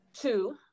Two